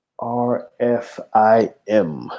RFIM